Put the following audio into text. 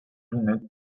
dont